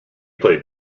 played